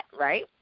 right